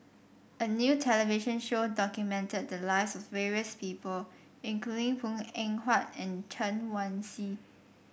a new television show documented the lives of various people including Png Eng Huat and Chen Wen Hsi